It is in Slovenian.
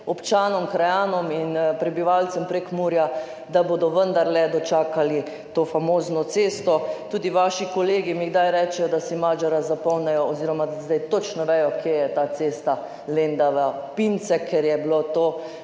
občanom, krajanom in prebivalcem Prekmurja, da bodo vendarle dočakali to famozno cesto. Tudi vaši kolegi mi kdaj rečejo, da si Magyarja zapomnijo oziroma da zdaj točno vedo, kje je ta cesta Lendava–Pince, ker je bilo v